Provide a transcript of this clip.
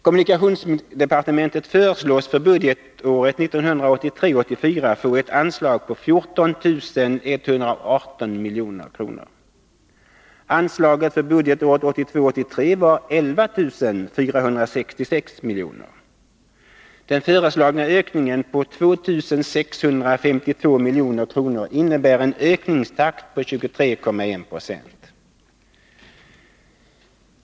Kommunikationsdepartementet föreslås för budgetåret 1983 83 var 11466 miljoner. Den föreslagna ökningen på 2 652 milj.kr. innebär en ökningstakt på 23,1 Zo.